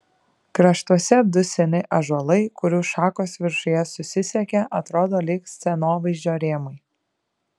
kraštuose du seni ąžuolai kurių šakos viršuje susisiekia atrodo lyg scenovaizdžio rėmai